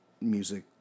music